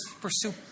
pursue